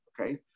Okay